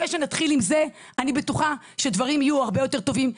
אחרי שנתחיל עם זה אני בטוחה שדברים יהיו הרבה יותר טובים.